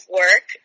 work